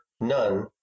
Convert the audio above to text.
none